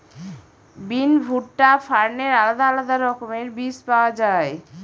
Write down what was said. বিন, ভুট্টা, ফার্নের আলাদা আলাদা রকমের বীজ পাওয়া যায়